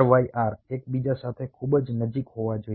RYR એકબીજા સાથે ખૂબ નજીક હોવા જોઈએ